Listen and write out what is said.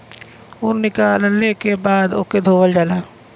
ऊन निकलले के बाद ओके धोवल जाला